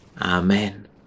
Amen